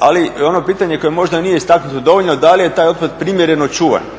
ali ono pitanje koje možda nije istaknuto dovoljno da li je taj otpad primjereno čuvan?